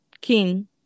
king